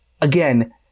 again